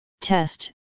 test